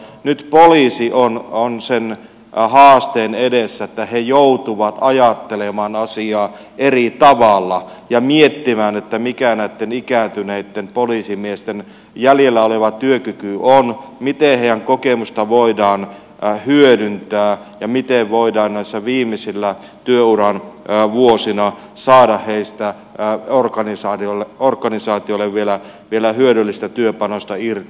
nyt poliisi on sen haasteen edessä että he joutuvat ajattelemaan asiaa eri tavalla ja miettimään mikä näitten ikääntyneitten poliisimiesten jäljellä oleva työkyky on miten heidän kokemustaan voidaan hyödyntää ja miten voidaan näinä viimeisinä työuran vuosina saada heistä organisaatiolle vielä hyödyllistä työpanosta irti